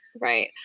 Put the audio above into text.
right